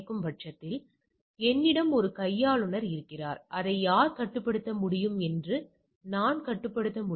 Excel ஒரு செயல்பாட்டைக் கொண்டுள்ளது இது CHI TEST என்று அழைக்கப்படுகிறது